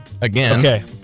Again